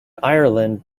ireland